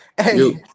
Hey